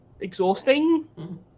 exhausting